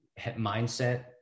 mindset